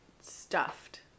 stuffed